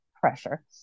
pressure